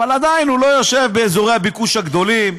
אבל עדיין הוא לא יושב באזורי הביקוש הגדולים,